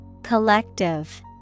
Collective